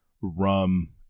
rum